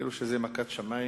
כאילו זו מכת שמים,